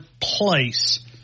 place